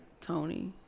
Tony